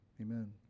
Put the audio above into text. amen